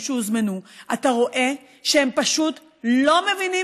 שהוזמנו אתה רואה שהם פשוט לא מבינים,